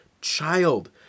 child